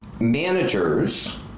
managers